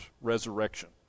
resurrection